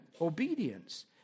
obedience